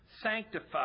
sanctify